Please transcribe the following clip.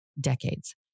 decades